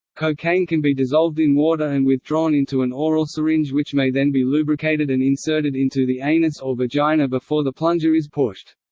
cocaine can be dissolved in water and withdrawn into an oral syringe which may then be lubricated and inserted into the anus or vagina before the plunger is pushed.